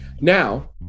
Now